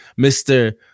Mr